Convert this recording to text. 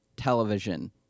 television